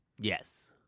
Yes